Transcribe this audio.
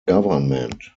government